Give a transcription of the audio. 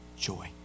joy